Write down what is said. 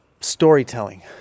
storytelling